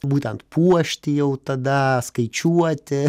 būtent puošti jau tada skaičiuoti